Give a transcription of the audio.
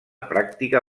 pràctica